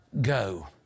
go